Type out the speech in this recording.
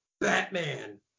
batman